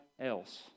else